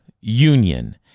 union